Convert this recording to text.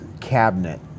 cabinet